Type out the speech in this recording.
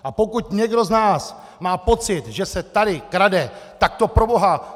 A pokud někdo z nás má pocit , že se tady krade, tak to proboha...